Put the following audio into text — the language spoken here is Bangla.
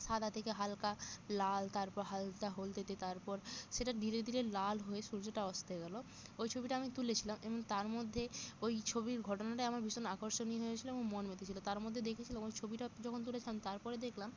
সাদা থেকে হালকা লাল তারপর হালকা হলদেটে তারপর সেটা ধীরে ধীরে লাল হয়ে সূর্যটা অস্তে গেলো ওই ছবিটা আমি তুলেছিলাম এমন তার মধ্যে ওই ছবির ঘটনাটাই আমার ভীষণ আকর্ষণীয় হয়েছিলো এবং মন মেতে ছিলো তার মধ্যে দেখেছি যখন ওই ছবিটা যখন তুলেছিলাম তারপরে দেখলাম